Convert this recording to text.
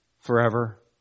forever